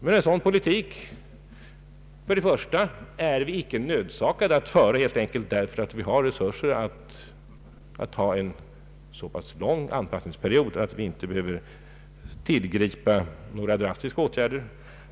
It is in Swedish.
Men vi är inte nödsakade att föra en sådan politik, eftersom vi har resurser att ha en så pass lång anpassningsperiod att vi inte behöver tillgripa några drastiska åtgärder.